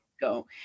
go